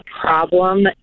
problem